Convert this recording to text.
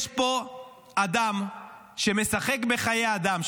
יש פה אדם שמשחק בחיי אדם,